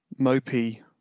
mopey